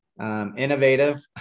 Innovative